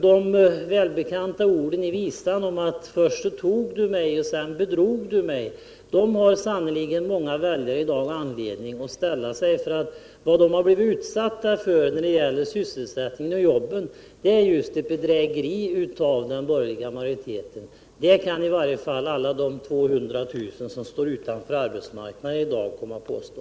De välbekanta orden i visan — först tog du mig och sen bedrog du mig — har sannerligen många väljare i dag anledning att uttala. Vad de har blivit utsatta för när det gäller sysselsättningen och jobben är just ett bedrägeri av den borgerliga majoriteten. Det kan i varje fall alla de 200 000 som står utanför arbetsmarknaden i dag påstå.